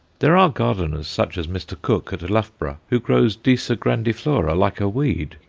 there are gardeners, such as mr. cook at loughborough, who grow disa grandiflora like a weed.